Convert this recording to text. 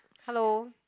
hello